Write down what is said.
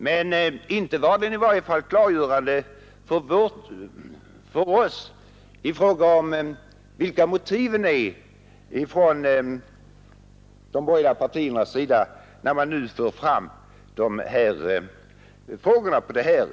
Men inte var den klargörande för oss i fråga om vilka motiven är för de borgerliga partierna, när de nu för fram frågorna på detta sätt.